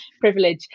privilege